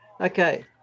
Okay